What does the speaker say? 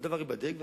כל דבר ייבדק.